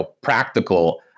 practical